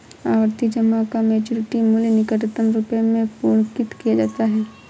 आवर्ती जमा का मैच्योरिटी मूल्य निकटतम रुपये में पूर्णांकित किया जाता है